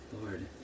Lord